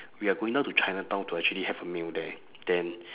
we are going down to chinatown to actually have a meal there then